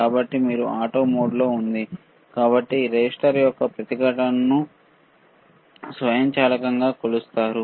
కాబట్టి ఇది ఆటో మోడ్లో ఉంది కాబట్టి రెసిస్టర్ యొక్క ప్రతిఘటనను స్వయంచాలకంగా కొలుస్తుంది